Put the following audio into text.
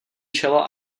čelo